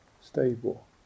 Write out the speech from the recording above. stable